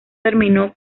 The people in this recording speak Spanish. terminó